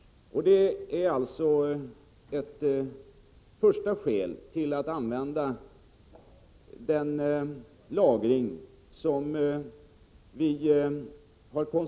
Detta är det främsta skälet till att regeringen föreslår denna ändring i beredskapslagringen.